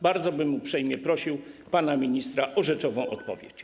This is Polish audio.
Bardzo bym uprzejmie prosił pana ministra o rzeczową odpowiedź.